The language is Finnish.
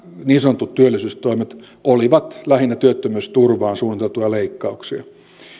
niin sanotut työllisyystoimet olivat lähinnä työttömyysturvaan suunniteltuja leikkauksia